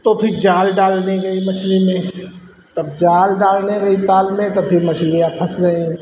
तो फिर जाल डाल दी गई मछली में तब जाल डालने गई ताल में तो फिर मछलियाँ फँस गई